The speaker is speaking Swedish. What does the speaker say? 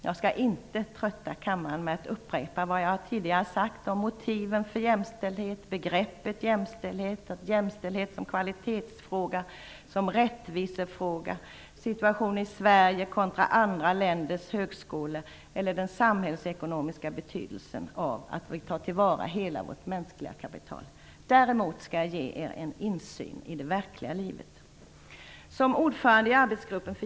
Jag skall inte trötta kammaren med att upprepa vad jag tidigare sagt om motiven för jämställdhet, om begreppet jämställdhet, om jämställdhet som kvalitetsfråga och som rättvisefråga, om situationen i Sverige kontra andra länders högskolor eller om den samhällsekonomiska betydelsen av att vi tar till vara hela vårt mänskliga kapital. Däremot skall jag ge er en insyn i det verkliga livet.